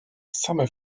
same